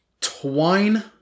twine